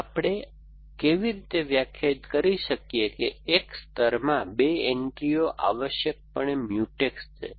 આપણે કેવી રીતે વ્યાખ્યાયિત કરીએ કે એક સ્તરમાં બે એન્ટ્રીઓ આવશ્યકપણે મ્યુટેક્સ છે